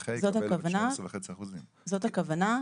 הנכה יקבל 12.5%. זאת הכוונה.